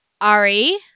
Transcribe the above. Ari